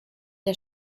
der